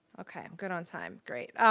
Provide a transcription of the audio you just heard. okay. i'm good on time. great.